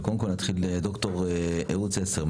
אבל קודם כול נתחיל מד"ר אהוד סנסר,